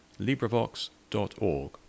LibriVox.org